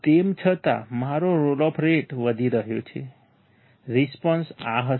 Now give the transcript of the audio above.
તેમ છતાં મારો રોલ ઓફ રેટ વધી રહ્યો છે રિસ્પોન્સ આ હશે